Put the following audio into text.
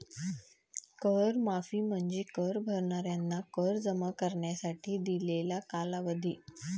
कर माफी म्हणजे कर भरणाऱ्यांना कर जमा करण्यासाठी दिलेला कालावधी